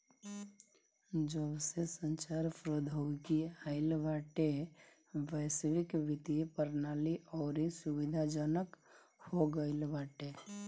जबसे संचार प्रौद्योगिकी आईल बाटे वैश्विक वित्तीय प्रणाली अउरी सुविधाजनक हो गईल बाटे